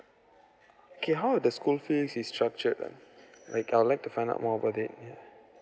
okay how is the school fees is structured ah I'd like to find out more about it yeah